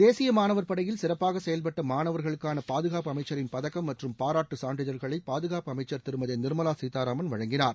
தேசிய மாணவர் படையில் சிறப்பாக செயல்பட்ட மாணவர்களுக்கான பாதுகாப்பு அமைச்சரின் பதக்கம் மற்றும் பாராட்டுச் சான்றிதழ்களை பாதுகாப்பு அமைச்சர் திருமதி நிர்மவா சீதாராமன் வழங்கினார்